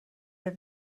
have